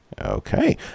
Okay